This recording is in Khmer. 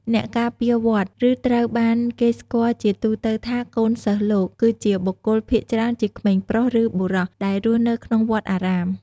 អ្នកការពារវត្ត ឬត្រូវបានគេស្គាល់ជាទូទៅថា កូនសិស្សលោក គឺជាបុគ្គល ភាគច្រើនជាក្មេងប្រុស ឬបុរស ដែលរស់នៅក្នុងវត្តអារាម។